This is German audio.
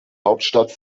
hauptstadt